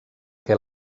què